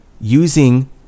using